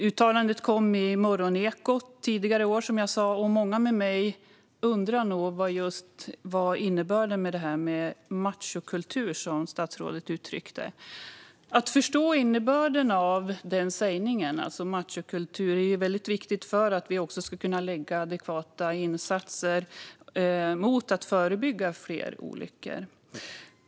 Uttalandet kom i Morgonekot , och många med mig undrar nog över innebörden i det här med machokultur som statsrådet uttryckte. Att förstå innebörden av den formuleringen är viktigt för att vi ska kunna göra adekvata insatser för att förebygga fler olyckor.